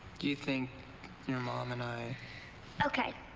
do you think your mom and i okay.